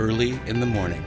early in the morning